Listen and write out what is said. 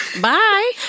Bye